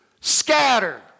scatter